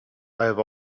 have